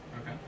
Okay